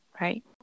right